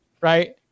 right